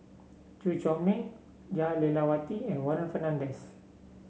Chew Chor Meng Jah Lelawati and Warren Fernandez